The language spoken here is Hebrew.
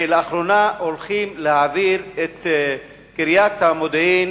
ולאחרונה, הולכים להעביר את קריית המודיעין